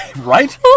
Right